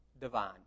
divine